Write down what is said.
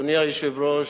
אדוני היושב-ראש,